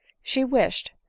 she wished,